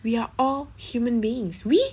we are all human beings we